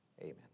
amen